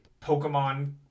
Pokemon